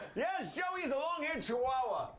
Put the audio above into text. yes, joey's a long-haired chihuahua.